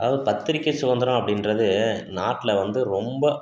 அதாவது பத்திரிகை சுதந்திரம் அப்படின்றது நாட்டில் வந்து ரொம்ப